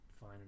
fine